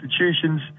institutions